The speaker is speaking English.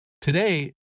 Today